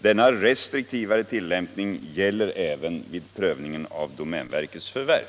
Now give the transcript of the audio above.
Denna restriktivare tillämpning gäller även vid prövningen av domänverkets förvärv.